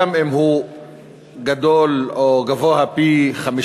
גם אם הוא גדול או גבוה פי-חמישה,